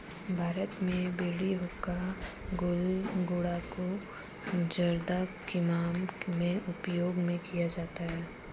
भारत में बीड़ी हुक्का गुल गुड़ाकु जर्दा किमाम में उपयोग में किया जाता है